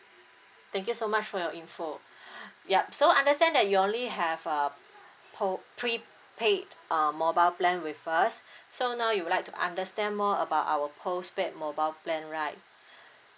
thank you so much for your info yup so understand that you only have a post prepaid err mobile plan with us so now you would like to understand more about our postpaid mobile plan right